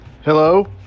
Hello